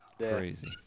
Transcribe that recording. Crazy